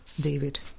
David